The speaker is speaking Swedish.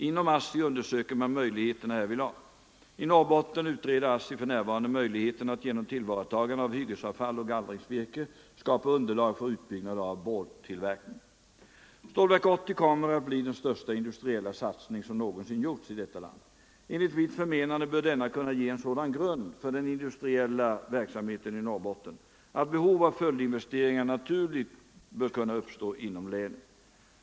Inom ASSI undersöker man möjligheterna härvidlag. I Norrbotten utreder ASSI för närvarande möjligheten att genom tillvaratagande av hyggesavfall och gallringsvirke skapa underlag för utbyggnad av boardtillverkningen. Stålverk 80 kommer att bli den största industriella satsning som någonsin gjorts i detta land. Enligt mitt förmenande bör denna kunna ge en sådan grund för den industriella verksamheten i Norrbotten att behov av följdinvesteringar naturligen bör kunna uppstå inom länet.